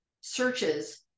searches